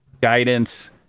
guidance